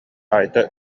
айта